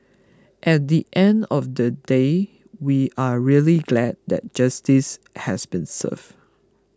at the end of the day we are really glad that justice has been served